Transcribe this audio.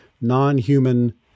non-human